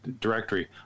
directory